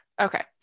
Okay